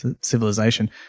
civilization